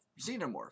Xenomorph